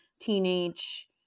teenage